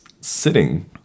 sitting